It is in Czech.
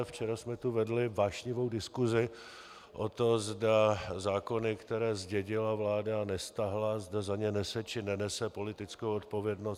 Včera jsme tu vedli vášnivou diskusi o to, zda zákony, které zdědila vláda, nestáhla, zda za ně nese, či nenese politickou odpovědnost.